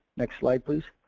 next slide please.